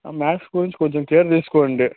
maths గురించి కొంచం care తీసుకోండి